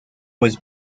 was